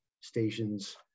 stations